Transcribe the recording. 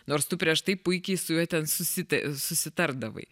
nors tu prieš tai puikiai su juo ten susitari susitardavai